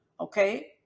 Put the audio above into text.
Okay